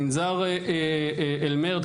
מנזר אל-מירד,